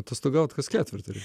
atostogaut kas ketvirtį